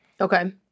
Okay